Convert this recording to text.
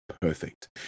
perfect